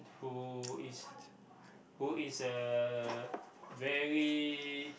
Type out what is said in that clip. who is who is a very